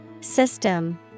System